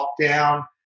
lockdown